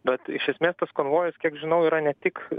bet iš esmės tas konvojus kiek žinau yra ne tik